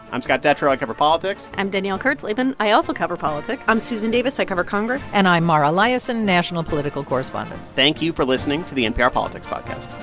i'm scott detrow. i cover politics i'm danielle kurtzleben. i also cover politics i'm susan davis. i cover congress and i'm mara liasson, national political correspondent thank you for listening to the npr politics podcast